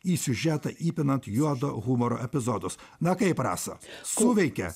į siužetą įpinant juodo humoro epizodus na kaip rasa suveikia